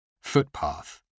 footpath